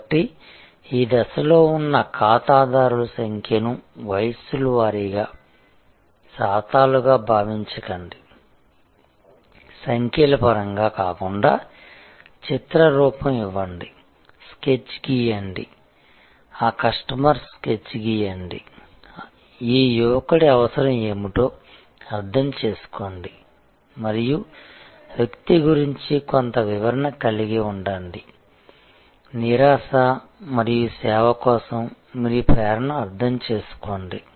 కాబట్టి ఈ దశలో ఉన్న ఖాతాదారుల సంఖ్యను వయస్సుల వారీగా శాతాలుగా భావించకండి సంఖ్యల పరంగా కాకుండా చిత్ర రూపం ఇవ్వండి స్కెచ్ గీయండి ఆ కస్టమర్ స్కెచ్ గీయండి ఈ యువకుడి అవసరం ఏమిటో అర్థం చేసుకోండి మరియు వ్యక్తి గురించి కొంత వివరణ కలిగి ఉండండి నిరాశ మరియు సేవ కోసం మీ ప్రేరణను అర్థం చేసుకోండి